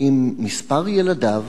עם מספר ילדיו